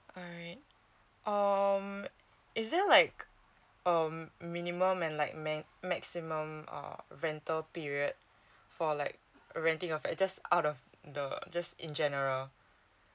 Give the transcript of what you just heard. alright um is there like um minimum and like man maximum uh rental period for like renting of it just out of the uh just in general